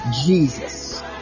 Jesus